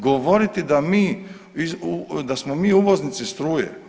Govoriti da mi, da smo mi uvoznici struje.